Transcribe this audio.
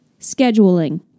scheduling